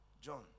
John